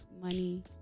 money